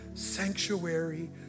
sanctuary